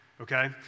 Okay